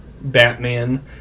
Batman